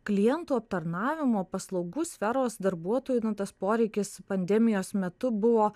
klientų aptarnavimo paslaugų sferos darbuotojų na tas poreikis pandemijos metu buvo